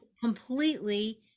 completely